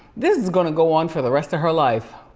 this is gonna go on for the rest of her life.